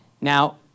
Now